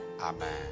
Amen